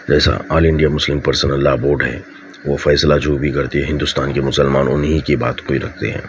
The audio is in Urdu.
جیسا all India Muslim personal law board ہے وہ فیصلہ جو بھی کرتی ہے ہندوستان کے مسلمانوں نے ہی کی بات کو رکھتے ہیں